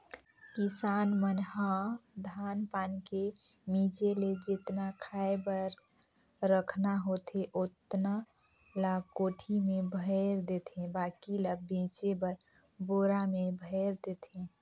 किसान मन ह धान पान के मिंजे ले जेतना खाय बर रखना होथे ओतना ल कोठी में भयर देथे बाकी ल बेचे बर बोरा में भयर देथे